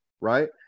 right